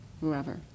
whoever